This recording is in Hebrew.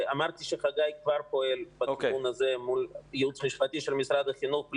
חגי כבר פועל בכיוון הזה מול הייעוץ המשפטי של משרד החינוך,